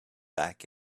back